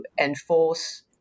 enforce